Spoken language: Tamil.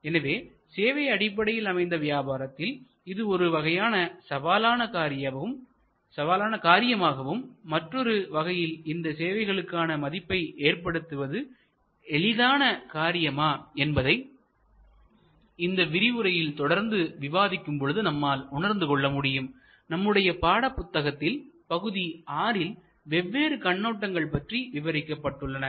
எனவே சேவை அடிப்படையில் அமைந்த வியாபாரத்தில் இது ஒருவகையான சவாலான காரியமாகவும் மற்றும் மற்றொரு வகையில் இந்த சேவைகளுக்கான மதிப்பை ஏற்படுத்துவது எளிதான காரியமா என்பதை இந்த விரிவுரையில் தொடர்ந்து விவாதிக்கும் பொழுது நம்மால் உணர்ந்து கொள்ள முடியும் நம்முடைய பாடபுத்தகத்தில் பகுதி 6 ல் வெவ்வேறு கண்ணோட்டங்கள் பற்றி விவரிக்கப்பட்டுள்ளன